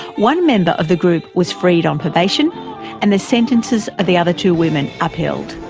one member of the group was freed on probation and the sentences of the other two women upheld.